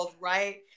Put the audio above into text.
Right